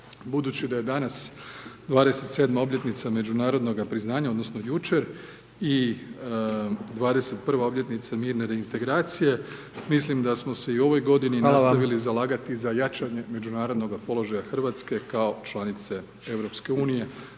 budući da je danas 27 obljetnica međunarodnoga priznanja, odnosno, jučer, i 21 obljetnica mirne reintegracije, mislim da smo se i u ovoj godini …/Upadica Predsjednik: Hvala./… nastavili zalagati za jačanje međunarodnoga položaja Hrvatske, kao članice EU, na